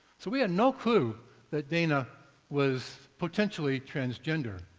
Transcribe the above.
so we had no clue that dana was potentially transgender.